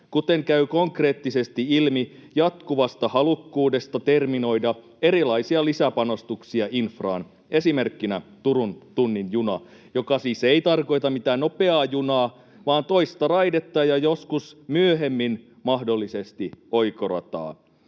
kuten käy konkreettisesti ilmi jatkuvasta halukkuudesta terminoida erilaisia lisäpanostuksia infraan, esimerkkinä Turun tunnin juna, joka siis ei tarkoita mitään nopeaa junaa, vaan toista raidetta ja joskus myöhemmin mahdollisesti oikorataa.